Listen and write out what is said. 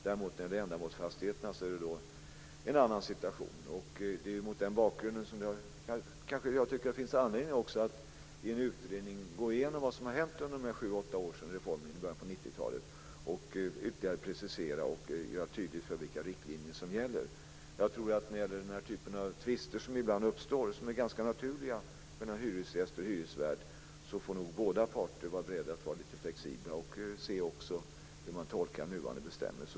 Däremot är situationen en annan när det gäller ändamålsfastigheter. Mot den bakgrunden tycker jag att det kan finnas anledning att i en utredning gå igenom vad som har hänt under de här sju åtta åren sedan reformen genomfördes i början av 90-talet och ytterligare precisera och tydliggöra vilka riktlinjer som gäller. Jag tror att när det gäller den här typen av tvister, som ibland uppstår och som är ganska naturliga mellan hyresgäst och hyresvärd, så får nog båda parter vara beredda att vara lite flexibla och se hur man tolkar nuvarande bestämmelser.